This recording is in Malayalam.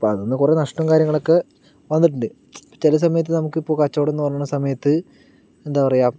അപ്പോൾ അതിൽ നിന്ന് കുറെ നഷ്ടവും കാര്യങ്ങളൊക്കെ വന്നിട്ടുണ്ട് ചില സമയത്ത് നമുക്ക് ഇപ്പോൾ കച്ചവടം എന്ന് പറയുന്ന സമയത്ത് എന്താ പറയുക